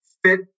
fit